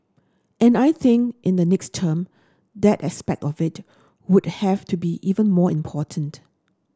and I think in the next term that aspect of it would have to be even more important